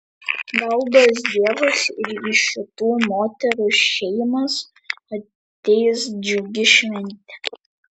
gal duos dievas ir į šitų moterų šeimas ateis džiugi šventė